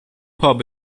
pub